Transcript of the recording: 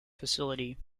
facility